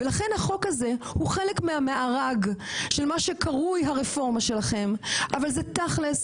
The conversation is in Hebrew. לכן החוק הזה הוא חלק מהמארג של מה שקרוי הרפורמה שלכם אבל תכל'ס